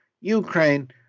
Ukraine